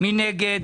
מי נגד?